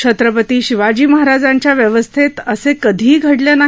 छत्रपती शिवाजी महाराजांच्या व्यवस्थेत असे कधीही घडले नाही